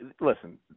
listen